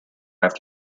after